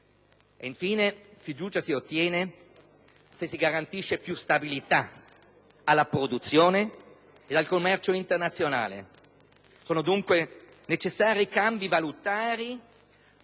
la fiducia si ottiene se si garantisce più stabilità alla produzione e al commercio internazionale. Sono dunque necessari cambi valutari